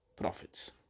profits